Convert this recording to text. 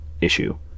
issue